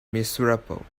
miserable